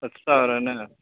ಅತ್ ಹತ್ತು ಸಾವಿರನಾ